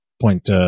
point